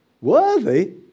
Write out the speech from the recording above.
Worthy